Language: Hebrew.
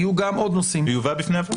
ויהיו עוד נושאים --- הוא יובא בפני הוועדה.